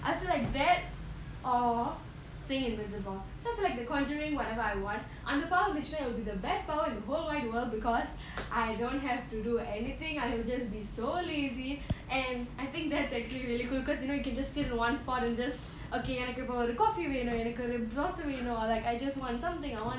I feel like that or saying invisible so for like the conjuring whatever I want அந்த:andha power இருந்திச்சினா:irundhichina literally it will be the best power in the whole wide world because I don't have to do anything I will just be so lazy and I think that's actually really cool because you know you can just sit in one spot and just okay எனக்கு இப்போ ஒரு:enakku ippo oru coffee வேணும் எனக்கு ஒரு தோச வேணும்:venum enakku oru dhosa venum you know like you know like I just want something I want this I want that and